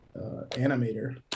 animator